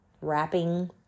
Wrapping